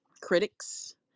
critics